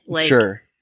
Sure